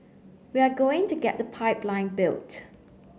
we are going to get the pipeline built